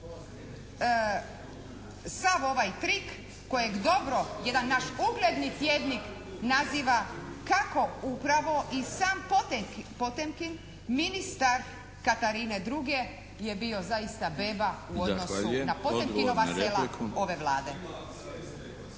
sav ovaj krik kojeg dobro jedan naš ugledni tjednik naziva kako upravo i sam Potemkin, ministar Katarine II je bio zaista bebe u odnosu na Potemkinova sela ove Vlade.